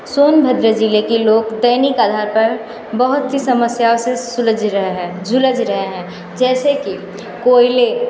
सोनभद्र ज़िले के लोग दैनिक आधार पर बहुत सी समस्याओं से सुलझ रहे हैं उलझ रहे हैं जैसे कि कोयले